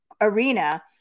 arena